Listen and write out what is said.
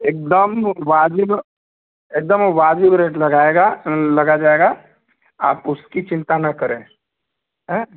एकदम वाजिब एकदम वाजिब रेट लगाएगा लगाया जाएगा आप उसकी चिंता न करें हैं